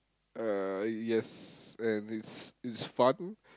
uh yes and it's it's fun